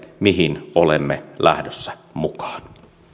mihin olemme lähdössä mukaan